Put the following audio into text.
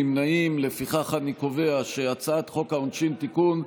ההצעה להעביר לוועדה המסדרת את הצעת חוק העונשין (תיקון,